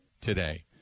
today